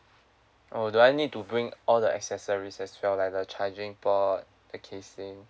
oh do I need to bring all the accessories as well like the charging board the casing